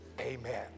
amen